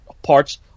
parts